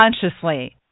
consciously